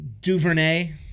DuVernay